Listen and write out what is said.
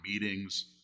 meetings